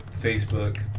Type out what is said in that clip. Facebook